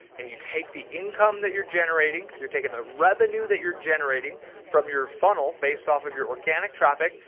and you take the income that you're generating. you're taking the revenue that you're generating from your funnel based off of your organic traffic.